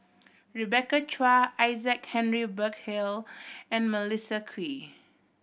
Rebecca Chua Isaac Henry Burkill and Melissa Kwee